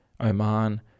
Oman